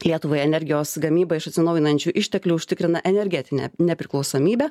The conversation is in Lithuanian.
lietuvai energijos gamyba iš atsinaujinančių išteklių užtikrina energetinę nepriklausomybę